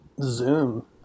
Zoom